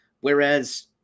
whereas